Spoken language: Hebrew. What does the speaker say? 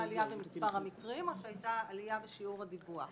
עלייה במספר המקרים או שהייתה עלייה בשיעור הדיווח.